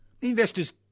investors